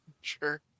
sure